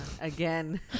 again